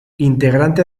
integrante